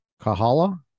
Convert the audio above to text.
Kahala